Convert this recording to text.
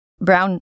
Brown